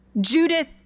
Judith